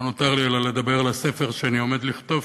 לא נותר לי אלא לדבר על הספר שאני עומד לכתוב,